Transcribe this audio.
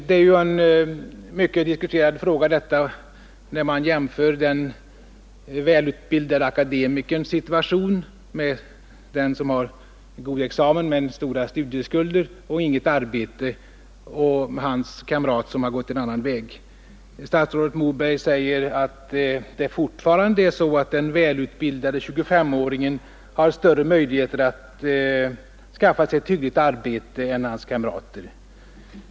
Det är ju en mycket diskuterad fråga, detta att man jämför den välutbildade akademikern, som har en god examen men stora studieskulder och inget arbete, med hans kamrat som har gått en annan väg: Statsrådet Moberg säger att det fortfarande är så, att den välutbildade 2S-åringen har större möjligheter att skaffa sig ett hyggligt arbete än hans kamrater.